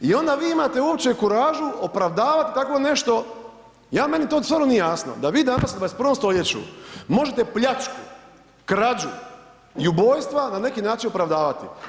I onda vi imate uopće kuražu opravdavat tako nešto, ja meni to stvarno nije jasno, da vi danas u 21. stoljeću možete pljačku, krađu i ubojstva na neki način opravdavati.